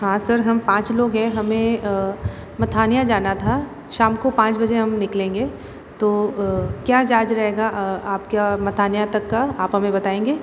हाँ सर हम पाँच लोग हैं हमें मथानियाँ जाना था शाम को पाँच बजे हम निकलेंगे तो क्या चार्ज रहेगा आपका मथानियाँ तक का आप हमें बताएँगे